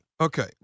okay